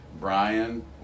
Brian